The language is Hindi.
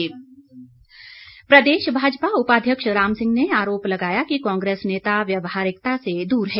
भाजपा प्रदेश भाजपा उपाध्यक्ष राम सिंह ने आरोप लगाया कि कांग्रेस नेता व्यवहारिकता से दूर है